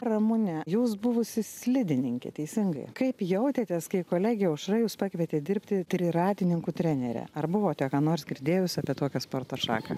ramune jūs buvusi slidininkė teisingai kaip jautėtės kai kolegė aušra jus pakvietė dirbti triratininkų trenere ar buvote ką nors girdėjus apie tokią sporto šaką